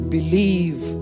Believe